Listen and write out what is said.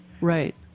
Right